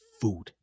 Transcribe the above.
food